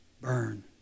burn